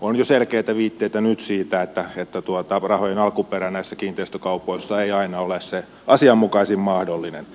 on jo selkeitä viitteitä nyt siitä että rahojen alkuperä näissä kiinteistökaupoissa ei aina ole se asianmukaisin mahdollinen